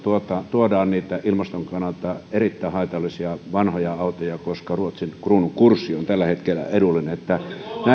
tuodaan niitä ilmaston kannalta erittäin haitallisia vanhoja autoja koska ruotsin kruunun kurssi on tällä hetkellä edullinen